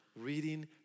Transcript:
reading